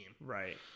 Right